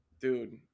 Dude